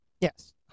Yes